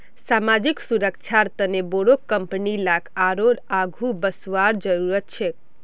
सामाजिक सुरक्षार तने बोरो कंपनी लाक आरोह आघु वसवार जरूरत छेक